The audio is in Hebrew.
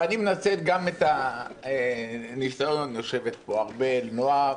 ואני מנצל גם את הניסיון יושבת פה הרבה נועה,